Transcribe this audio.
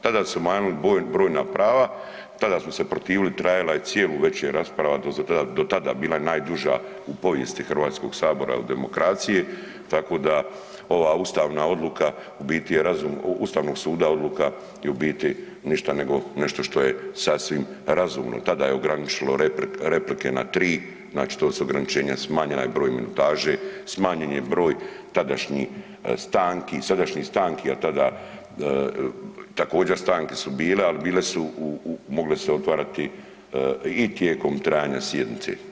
Tada su obmanuli brojna prava, tada smo se protivili, trajala je cijelu večer rasprava, do tada je bila najduža u povijesti Hrvatskog sabora u demokraciji, tako da ova ustavna odluka u biti je razum ustavnog suda, odluka je u biti ništa nego nešto što je sasvim razumno, tada je ograničilo replike na 3, znači to su ograničenja smanjena i broj minutaže, smanjen je broj tadašnjih stanki, sadašnjih stanki, od tada, također stanke su bile ali bile su, mogle su se otvarati i tijekom trajanja sjednice.